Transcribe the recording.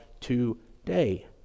today